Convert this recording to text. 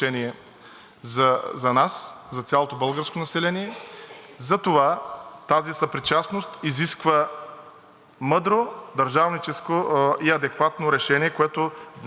мъдро държавническо и адекватно решение, което днес е предложено на нашето внимание. Преди да завърша, такова е и